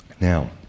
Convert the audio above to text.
Now